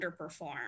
underperform